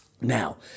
Now